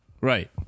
Right